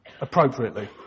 Appropriately